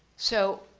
so,